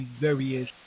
various